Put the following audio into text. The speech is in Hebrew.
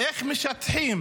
איך משטחים